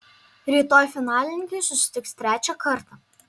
rytoj finalininkai susitiks trečią kartą